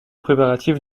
préparatifs